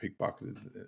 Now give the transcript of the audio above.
pickpocketed